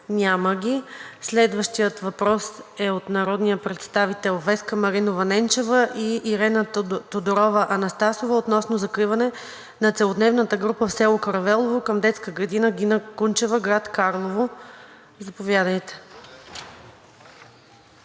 Няма ги. Следващият въпрос е от народния представител Веска Маринова Ненчева и Ирена Тодорова Анастасова относно закриване на целодневната група в село Каравелово към детски градина „Гина Кунчева“, град Карлово. Заповядайте.